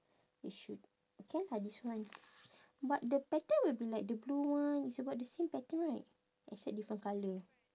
you should can lah this one but the pattern will be like the blue one it's about the same pattern right except different colour